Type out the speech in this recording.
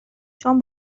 چون